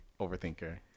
Overthinker